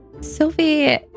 Sylvie